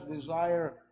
desire